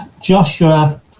Joshua